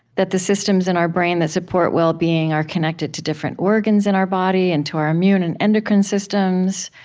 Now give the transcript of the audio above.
that the systems in our brain that support well-being are connected to different organs in our body and to our immune and endocrine systems,